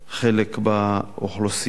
לחלק באוכלוסייה.